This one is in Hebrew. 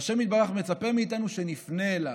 וה' יתברך מצפה מאיתנו שנפנה אליו,